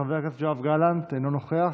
חבר הכנסת יואב גלנט, אינו נוכח.